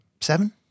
Seven